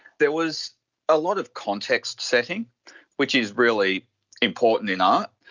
there was a lot of context-setting, which is really important in art.